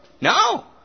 No